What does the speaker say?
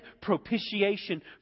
propitiation